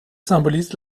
symbolisent